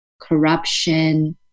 corruption